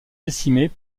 décimées